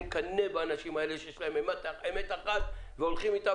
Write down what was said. אני מקנא באנשים האלה שיש להם אמת אחת והולכים אותה,